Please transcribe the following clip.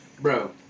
bro